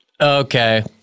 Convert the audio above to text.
Okay